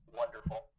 wonderful